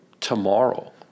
tomorrow